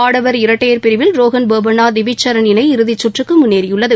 ஆடவர் இரட்டையர் பிரிவில் ரோகன் போபண்ணா டிவிட்ச் சரண் இணை இறுதிச் சுற்றுக்கு முன்னேறியுள்ளது